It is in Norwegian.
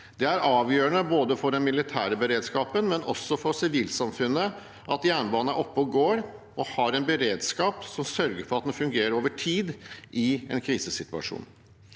Det er avgjørende for den militære beredskapen, men også for sivilsamfunnet, at jernbanen er oppe og går og har en beredskap som sørger for at den fungerer over tid i en krisesituasjon.